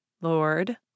Lord